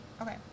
Okay